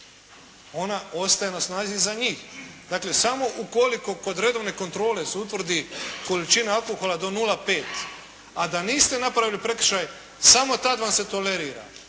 On ostaje na snazi za njih. Dakle samo ukoliko kod redovne kontrole se utvrdi količina alkohola do 0,5, a da niste napravili prekršaj, samo tada vam se tolerira,